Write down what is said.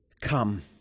come